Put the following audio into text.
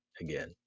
again